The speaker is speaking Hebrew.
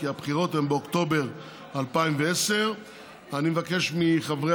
כי הבחירות הן באוקטובר 2018. אני מבקש מחברי